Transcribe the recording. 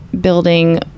building